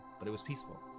but it was peaceful,